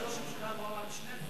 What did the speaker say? חבל שראש הממשלה לא אמר את שני הדברים